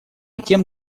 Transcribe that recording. тем